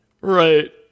Right